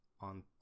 on